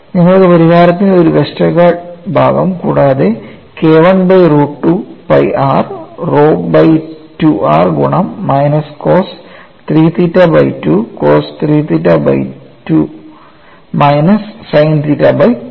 നിങ്ങൾക്ക് പരിഹാരത്തിന്റെ ഈ വെസ്റ്റർഗാർഡ് ഭാഗം കൂടാതെ K I by root 2 pi r rho by 2 r ഗുണം minus cos 3 theta by 2 cos 3 theta by 2 minus sine theta by 2